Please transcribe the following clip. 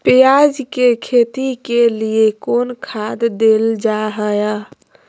प्याज के खेती के लिए कौन खाद देल जा हाय?